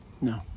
No